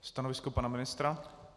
Stanovisko pana ministra?